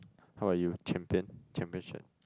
how are you champion championship